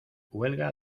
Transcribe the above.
huelga